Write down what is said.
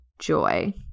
Joy